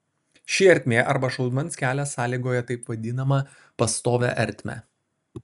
ši ertmė arba šaudmens kelias sąlygoja taip vadinamą pastovią ertmę